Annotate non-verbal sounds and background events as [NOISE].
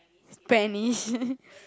Spanish [LAUGHS]